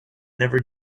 never